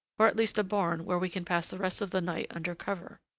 or at least a barn where we can pass the rest of the night under cover.